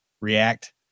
React